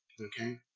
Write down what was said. Okay